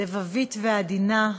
לבבית ועדינה,